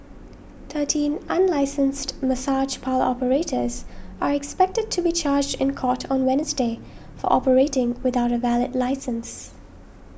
thirteen unlicensed massage parlour operators are expected to be charged in court on Wednesday for operating without a valid licence